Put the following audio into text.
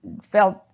felt